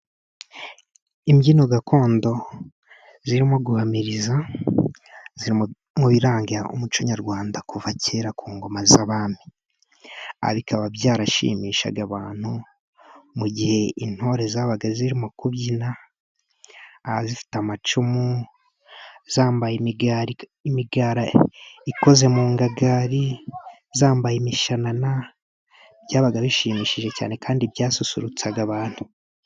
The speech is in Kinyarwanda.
Imbyino gakondo zirimo guhamiriza, ziri mu biranga umuco nyarwanda kuva kera ku ngoma z'abami. Bikaba byarashimishaga abantu mu gihe intore zabaga zirimo kubyina, zifite amacumu zambaye imigara ikoze mu ngagari, zambaye imishanana, byabaga bishimishije cyane kandi byasusurutsaga abantu.